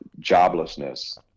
joblessness